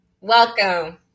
Welcome